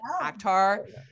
Akhtar